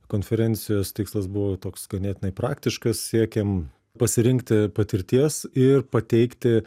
konferencijos tikslas buvo toks ganėtinai praktiškas siekėm pasirinkti patirties ir pateikti